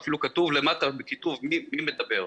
ואפילו כתוב למטה בכיתוב מי מדבר.